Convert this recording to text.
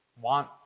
want